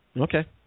Okay